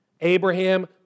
Abraham